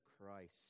Christ